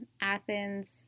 Athens